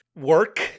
work